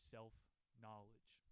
Self-Knowledge